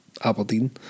Aberdeen